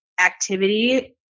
activity